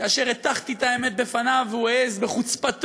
כאשר הטחתי את האמת בפניו והוא העז בחוצפתו,